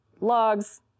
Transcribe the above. logs